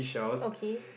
okay